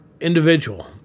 Individual